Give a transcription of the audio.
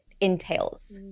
entails